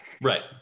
right